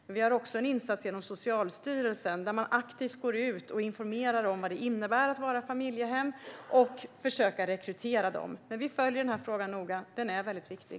Men vi har också en insats genom Socialstyrelsen, som aktivt går ut och informerar om vad det innebär att vara familjehem och försöker rekrytera sådana. Vi följer frågan noga. Den är väldigt viktig.